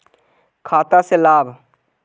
खाता से लाभ?